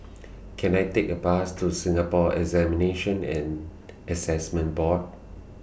Can I Take A Bus to Singapore Examinations and Assessment Board